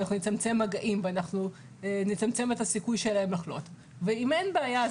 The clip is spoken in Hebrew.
נצמצם מגעים ונצמצם את הסיכוי שלהם לחלות ואם אין בעיה,